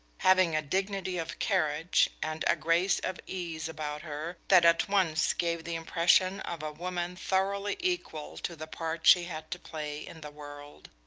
having a dignity of carriage and a grace of ease about her that at once gave the impression of a woman thoroughly equal to the part she had to play in the world,